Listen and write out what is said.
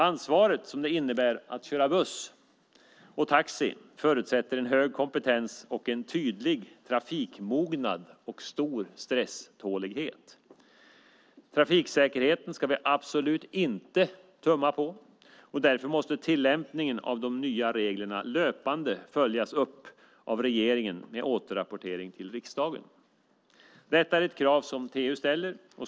Ansvaret som det innebär att köra buss och taxi förutsätter en hög kompetens, tydlig trafikmognad och stor stresstålighet. Trafiksäkerheten ska vi absolut inte tumma på, och därför måste tillämpningen av de nya reglerna löpande följas upp av regeringen med återrapportering till riksdagen. Detta är ett krav som TU ställer.